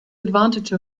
advantage